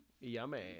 Yummy